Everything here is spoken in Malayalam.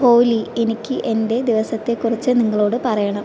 ഓലി എനിക്ക് എന്റെ ദിവസത്തെ കുറിച്ച് നിങ്ങളോട് പറയണം